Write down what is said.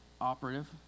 operative